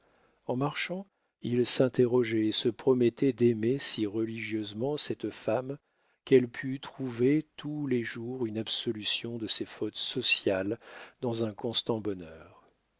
en marchant il s'interrogeait et se promettait d'aimer si religieusement cette femme qu'elle pût trouver tous les jours une absolution de ses fautes sociales dans un constant bonheur